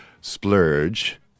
splurge